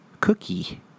cookie